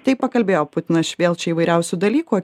tai pakalbėjo putinas vėl čia įvairiausių dalykų